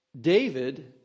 David